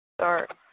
start